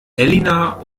elina